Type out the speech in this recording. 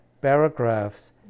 paragraphs